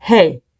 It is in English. Hey